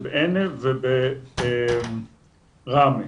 בבועיינה ובראמה.